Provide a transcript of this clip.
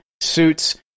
suits